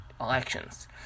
elections